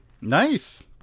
Nice